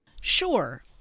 Sure